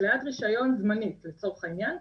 התליית רישיון זמנית לצורך העניין,